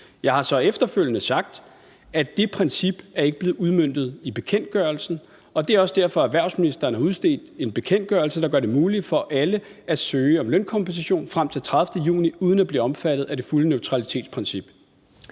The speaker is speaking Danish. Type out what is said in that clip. Jeg har så efterfølgende sagt, at det princip ikke er blevet udmøntet i bekendtgørelsen, og det er også derfor, at erhvervsministeren har udstedt en bekendtgørelse, der gør det muligt for alle at søge om lønkompensation frem til den 30. juni uden at blive omfattet af det fulde neutralitetsprincip.